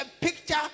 picture